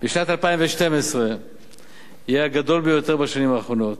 בשנת 2012 יהיה הגדול ביותר בשנים האחרונות.